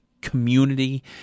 community